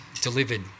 delivered